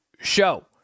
Show